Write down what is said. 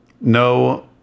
No